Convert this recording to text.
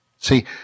See